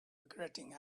regretting